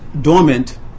dormant